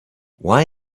why